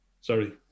Sorry